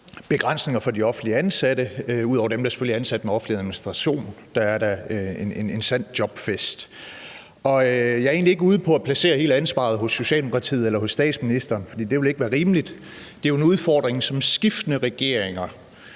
begrænsninger for de offentligt ansatte, selvfølgelig ud over dem, der er ansat med offentlig administration, for der er der en sand jobfest. Jeg er ikke ude på at placere hele ansvaret hos Socialdemokratiet eller hos statsministeren, for det ville ikke være rimeligt. Det er jo en udfordring, som skiftende regeringer